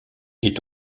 est